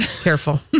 careful